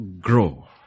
grow